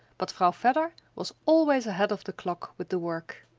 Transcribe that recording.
but vrouw vedder was always ahead of the clock with the work.